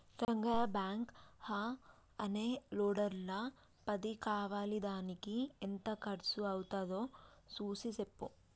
Rangayya backhoe అనే లోడర్ల పది కావాలిదానికి ఎంత కర్సు అవ్వుతాదో సూసి సెప్పు